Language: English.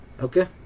okay